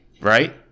right